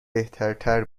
بهترتر